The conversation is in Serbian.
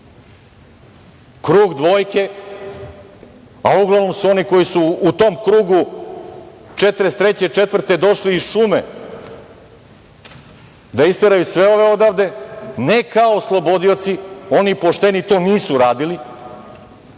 Krug dvojke, a uglavnom su oni koji su u tom krugu 1943. i 1944. godine došli iz šume, da isteraju sve ove odavde, ne kao oslobodioci, oni pošteni to nisu radili,